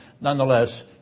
nonetheless